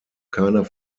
keiner